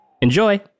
Enjoy